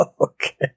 Okay